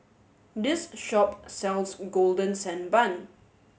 this shop sells Golden Sand Bun